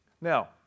Now